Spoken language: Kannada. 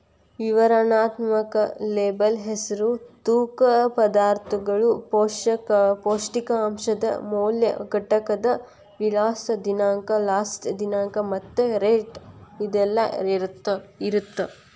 ವಿವರಣಾತ್ಮಕ ಲೇಬಲ್ ಹೆಸರು ತೂಕ ಪದಾರ್ಥಗಳು ಪೌಷ್ಟಿಕಾಂಶದ ಮೌಲ್ಯ ಘಟಕದ ವಿಳಾಸ ದಿನಾಂಕ ಲಾಸ್ಟ ದಿನಾಂಕ ಮತ್ತ ರೇಟ್ ಇದೆಲ್ಲಾ ಇರತ್ತ